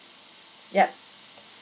yup